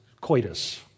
coitus